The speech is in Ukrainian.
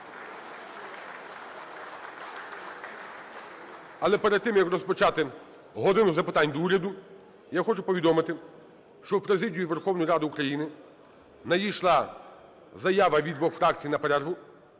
Але перед тим, як розпочати "годину запитань до Уряду", я хочу повідомити, що в президію Верховної Ради України надійшла заява від двох фракцій на перерву,